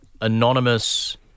anonymous